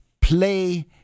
play